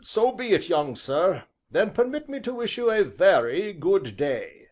so be it, young sir then permit me to wish you a very, good day